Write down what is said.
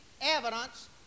evidence